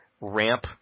ramp